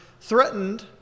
threatened